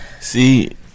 see